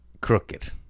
Crooked